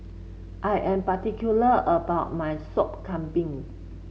I am particular about my Sop Kambing